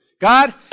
God